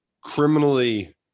criminally